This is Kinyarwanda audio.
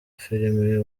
film